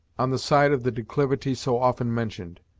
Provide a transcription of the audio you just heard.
on the side of the declivity so often mentioned,